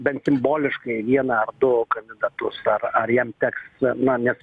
bent simboliškai vieną ar du kandidatus ar jam teks na nes